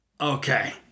Okay